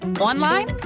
online